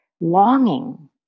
longing